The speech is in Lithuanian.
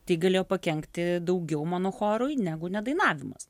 tai galėjo pakenkti daugiau mano chorui negu ne dainavimas